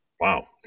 Wow